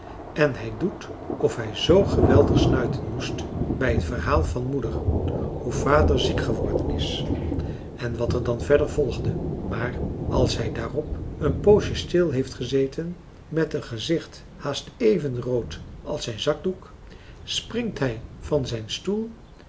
en hij doet of hij zoo geweldig snuiten moest bij het verhaal van moeder hoe vader ziek geworden is françois haverschmidt familie en kennissen en wat er dan verder volgde maar als hij daarop een poosje stil heeft gezeten met een gezicht haast even rood als zijn zakdoek springt hij van zijn stoel